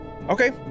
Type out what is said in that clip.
Okay